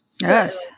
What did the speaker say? Yes